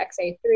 XA3